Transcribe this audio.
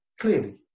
clearly